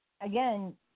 again